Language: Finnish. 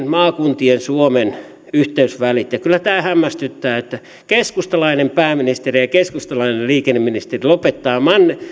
maakuntien suomen monet yhteysvälit suomessa niin kyllä tämä hämmästyttää että keskustalainen pääministeri ja keskustalainen liikenneministeri lopettavat